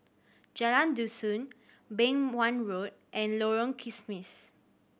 Jalan Dusun Beng Wan Road and Lorong Kismis